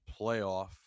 playoff